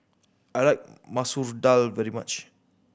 I like Masoor Dal very much